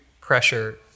pressure